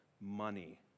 money